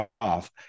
off